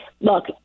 Look